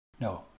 No